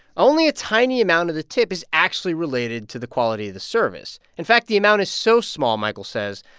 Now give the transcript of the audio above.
only a tiny amount of the tip is actually related to the quality of the service. in fact, the amount is so small, michael says,